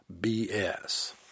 bs